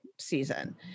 season